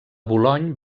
boulogne